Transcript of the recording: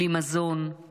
בלי מזון,